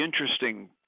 interesting